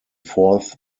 fourth